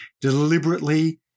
deliberately